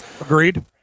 Agreed